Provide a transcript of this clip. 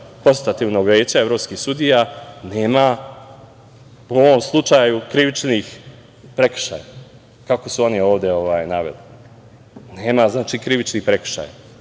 Konstitutivnog veća evropskih sudija, nema u ovom slučaju krivičnih prekršaja, kako su oni ovde naveli. Nema krivičnih prekršaja.